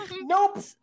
Nope